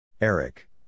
Eric